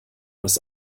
das